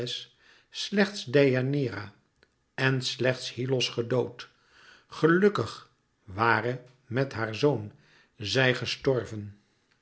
deianeira en slechts hyllos gedood gelùkkig ware met haar zoon zij gestorven